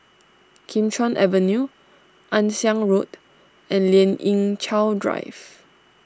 Kim Chuan Avenue Ann Siang Road and Lien Ying Chow Drive